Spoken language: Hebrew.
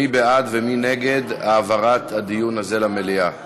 מי בעד ומי נגד העברת הדיון הזה למליאה?